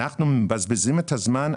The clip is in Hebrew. אנחנו מבזבזים את הזמן,